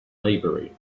maybury